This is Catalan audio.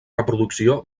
reproducció